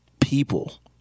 people